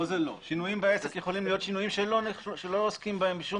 שינויים בעסק יכולים להיות שינויים שלא עוסקים בהם בשום